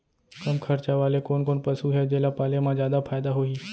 कम खरचा वाले कोन कोन पसु हे जेला पाले म जादा फायदा होही?